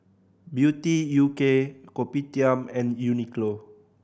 Beauty U K Kopitiam and Uniqlo